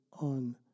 on